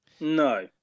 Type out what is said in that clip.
no